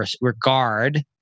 regard